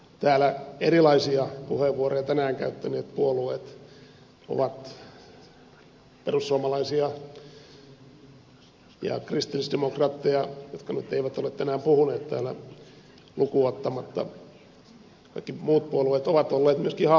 täällä erilaisia puheenvuoroja tänään käyttäneet puolueet ovat perussuomalaisia ja kristillisdemokraatteja jotka nyt eivät ole tänään puhuneet täällä lukuun ottamatta kaikki olleet myöskin hallituksessa